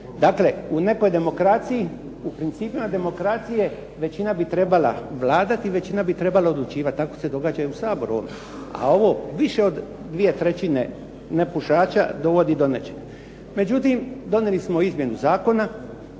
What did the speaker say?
Dakle u nekoj demokraciji, u principima demokracije većina bi trebala vladati, većina bi trebala odlučivati. Tako se događa i u Saboru ovom, a ovo više od dvije trećine nepušača dovodi do nečeg. Međutim donijeli smo izmjenu zakona,